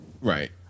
Right